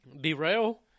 Derail